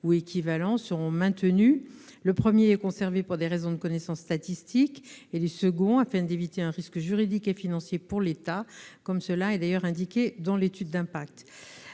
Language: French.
ou équivalents seront maintenus. Le premier est conservé pour des raisons de connaissances statistiques et les seconds afin d'éviter un risque juridique et financier pour l'État, comme cela est indiqué dans l'étude d'impact.